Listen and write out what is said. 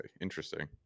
interesting